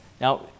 Now